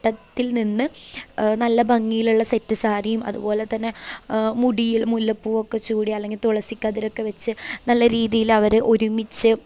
വട്ടത്തിൽ നിന്ന് നല്ല ഭംഗിയിലുള്ള സെറ്റ് സാരിയും അതുപോലെതന്നെ മുടിയിൽ മുല്ലപ്പൂ ഒക്കെ ചൂടി അല്ലെങ്കിൽ തുളസി കതിരൊക്കെ വെച്ച് നല്ല രീതിയിൽ അവർ ഒരുമിച്ച്